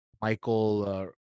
Michael